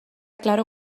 claro